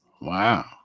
wow